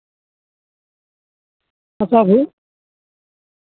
ᱠᱟᱸᱪᱟ ᱵᱤᱡᱽ